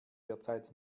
derzeit